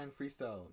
Freestyle